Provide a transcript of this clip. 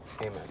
Amen